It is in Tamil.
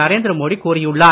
நரேந்திர மோடி கூறியுள்ளார்